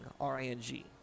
R-I-N-G